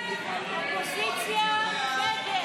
סעיף 08,